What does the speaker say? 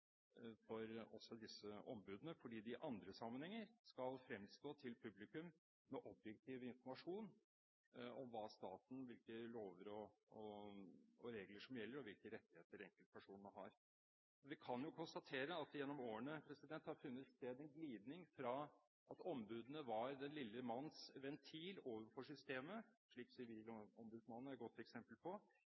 også for disse ombudene, fordi de i andre sammenhenger skal fremstå for publikum med objektiv informasjon om staten, om hvilke lover og regler som gjelder og hvilke rettigheter enkeltpersoner har. Vi kan jo konstatere at det gjennom årene har funnet sted en glidning fra at ombudene var den lille manns ventil overfor systemet – slik sivilombudsmannen er et godt eksempel på